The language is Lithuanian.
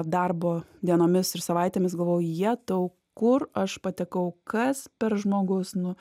darbo dienomis ir savaitėmis galvojau jetau kur aš patekau kas per žmogus nu